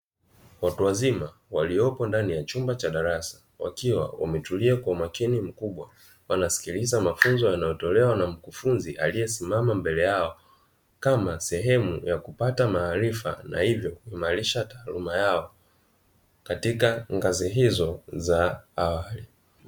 Watu wazima waliopo ndani ya chumba cha darasa wakiwa wametulia kwa umakini mkubwa, wanasikiliza mafunzo yanayotolewa na mkufunzi aliyesimama mbele yao kama sehemu ya kupata maarifa na hivyo kuimarisha taaluma yao katika ngazi hizo za awali.